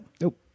Nope